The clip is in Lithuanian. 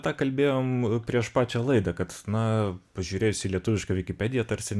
tą kalbėjom prieš pačią laidą kad na pažiūrėjus į lietuvišką vikipediją tarsi